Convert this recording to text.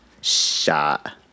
Shot